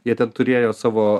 jie ten turėjo savo